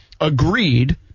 agreed